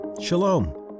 Shalom